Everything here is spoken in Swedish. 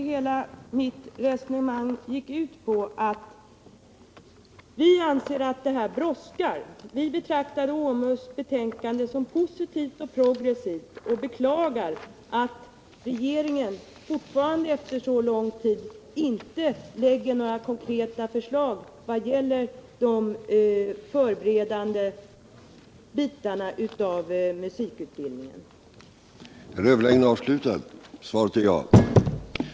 Herr talman! Det var ju det hela mitt resonemang gick ut på: Vi anser att det här brådskar. Vi betraktar OMUS betänkande som positivt och progressivt och beklagar att regeringen fortfarande, efter så lång tid, inte lägger fram några konkreta förslag vad gäller de förberedande bitarna i musikutbildningen och andra OMUS-förslag.